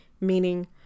Meaning